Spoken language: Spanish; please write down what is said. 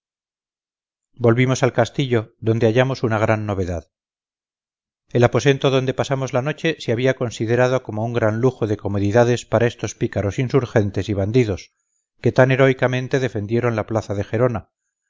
volvimos al castillo donde hallamos una gran novedad el aposento donde pasamos la noche se había considerado como un gran lujo de comodidades para estos pícaros insurgentes y bandidos que tan heroicamente defendieron la plaza de gerona